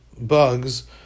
bugs